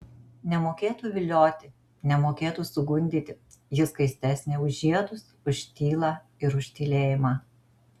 nemokėtų vilioti nemokėtų sugundyti ji skaistesnė už žiedus už tylą ir už tylėjimą